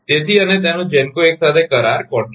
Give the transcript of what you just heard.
તેથી અને તેનો GENCO 1 સાથે કરાર છે